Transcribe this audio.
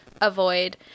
Avoid